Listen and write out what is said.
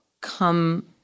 come